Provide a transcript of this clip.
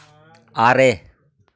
ᱟᱨᱮ